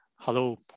Hello